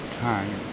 Time